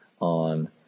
on